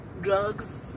drugs